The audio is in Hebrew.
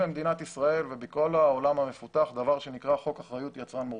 במדינת ישאל ובכל העולם המפותח יש דבר שנקרא חוק אחריות יצרן מורחבת.